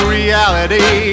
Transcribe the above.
reality